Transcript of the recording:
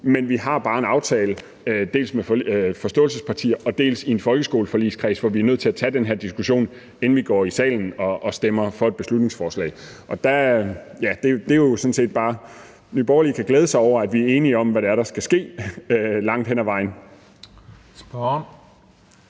at vi bare har en aftale, dels med partierne bag forståelsespapiret, dels med en folkeskoleforligskreds, hvor vi er nødt til at tage den her diskussion, inden vi går i salen og stemmer for et beslutningsforslag. Nye Borgerlige kan glæde sig over, at vi er enige om, hvad der skal ske langt hen ad vejen.